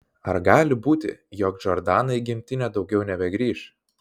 ar gali būti jog džordana į gimtinę daugiau nebegrįš